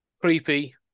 Creepy